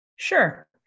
Sure